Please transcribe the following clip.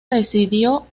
residió